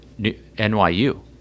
nyu